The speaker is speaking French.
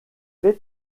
fait